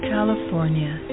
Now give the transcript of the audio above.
California